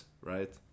right